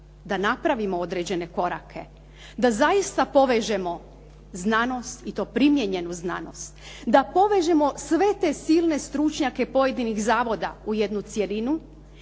da napravimo određene korake, da zaista povežemo znanost i to primijenjenu znanost, da povežemo sve te silne stručnjake pojedinih zavoda u jednu cjelinu